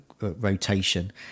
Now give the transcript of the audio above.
rotation